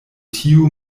tiu